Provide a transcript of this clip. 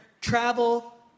travel